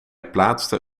plaatste